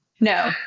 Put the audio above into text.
No